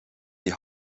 die